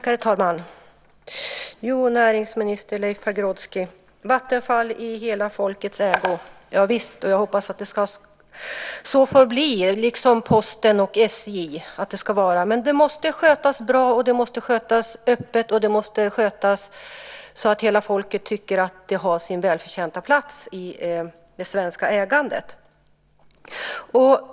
Herr talman! Näringsminister Leif Pagrotsky, Vattenfall ska vara i hela folkets ägo - javisst, och jag hoppas att det så får förbli, liksom Posten och SJ. Men det måste skötas bra och öppet, och det måste skötas så att hela folket tycker att det har sin välförtjänta plats i det svenska ägandet.